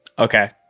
okay